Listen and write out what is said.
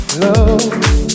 love